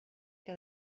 que